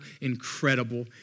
incredible